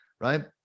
right